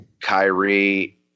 Kyrie